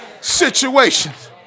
situations